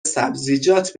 سبزیجات